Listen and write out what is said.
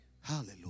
Hallelujah